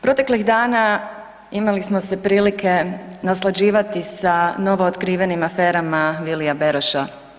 Proteklih dana imali smo se prilike naslađivati sa novootkrivenim aferama Vilija Beroša.